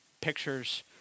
pictures